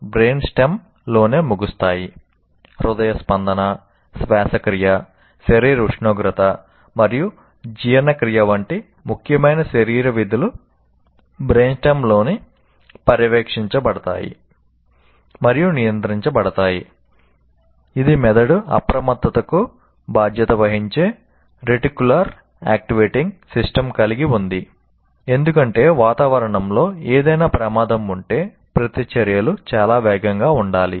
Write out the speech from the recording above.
brain stem కలిగి ఉంది ఎందుకంటే వాతావరణంలో ఏదైనా ప్రమాదం ఉంటే ప్రతిచర్యలు చాలా వేగంగా ఉండాలి